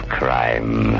crime